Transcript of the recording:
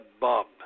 Bob